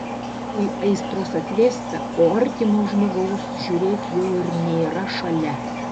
paskui aistros atvėsta o artimo žmogaus žiūrėk jau ir nėra šalia